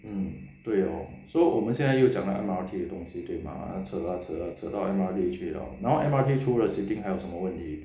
mm 对咯 so 我们现在又讲到 M_R_T 的东西对吗测啊测啊测到 M_R_T 去了然后 M_R_T 除了 seating 还有什么问题